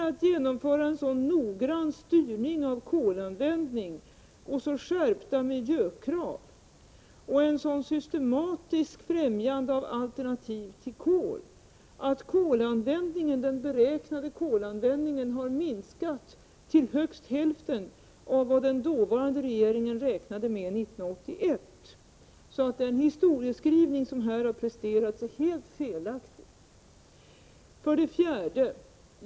Vidare genomförde vi en noggrann styrning av kolanvändningen och skärpte miljökraven och främjade systematiskt alternativ till kol på ett sådant sätt att den beräknade kolanvändningen har minskat till högst hälften av vad den dåvarande regeringen räknade med 1981. Den historieskrivning som här har presterats är helt felaktig.